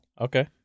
okay